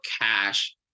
cash